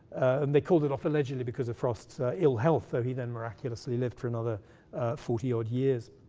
and they called it off, allegedly, because of frost's ill health, so he then miraculously lived for another forty odd years.